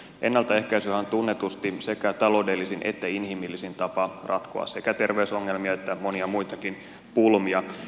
ennaltaehkäisyhän on tunnetusti sekä taloudellisin että inhimillisin tapa ratkoa sekä terveysongelmia että monia muitakin pulmia